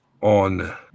on